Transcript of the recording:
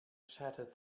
chattered